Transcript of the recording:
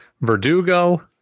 Verdugo